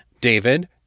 David